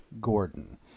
Gordon